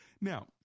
Now